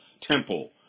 temple